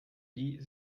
die